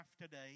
today